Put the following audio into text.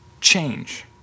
change